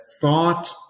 thought